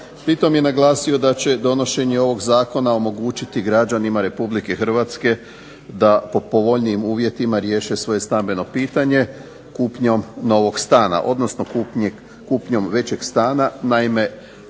Pritom je naglasio da će donošenje ovog zakona omogućiti građanima Republike Hrvatske da po povoljnijim uvjetima riješe svoje stambeno pitanje kupnjom novog stana, odnosno kupnjom većeg stana. Naime,